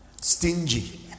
Stingy